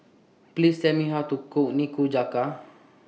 Please Tell Me How to Cook Nikujaga